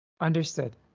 Understood